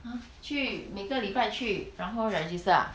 !huh! 去每个礼拜去然后 register ah